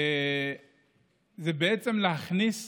וזה בעצם להכניס